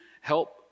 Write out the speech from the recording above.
help